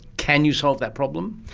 can you solve that problem?